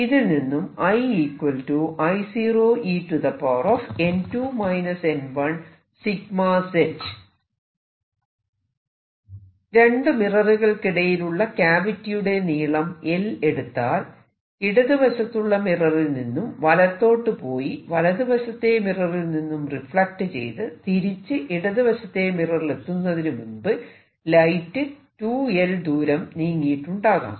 ഇതിൽ നിന്നും രണ്ടു മിററുകൾക്കിടയിലുള്ള ക്യാവിറ്റിയുടെ നീളം l എടുത്താൽ ഇടതു വശത്തുള്ള മിററിൽ നിന്നും വലത്തോട്ട് പോയി വലതുവശത്തെ മിററിൽ നിന്നും റിഫ്ലക്ട് ചെയ്ത് തിരിച്ച് ഇടതുവശത്തെ മിററിലെത്തുന്നതിനു മുൻപ് ലൈറ്റ് 2l ദൂരം നീങ്ങിയിട്ടുണ്ടാകും